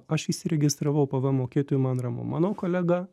aš įsiregistravau pvm mokėtoju man ramu mano kolega